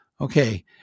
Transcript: Okay